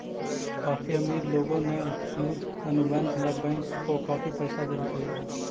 काफी अमीर लोगों ने युद्ध अनुबंध ला बैंक को काफी पैसा देलकइ हे